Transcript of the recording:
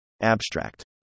Abstract